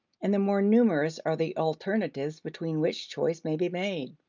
and the more numerous are the alternatives between which choice may be made.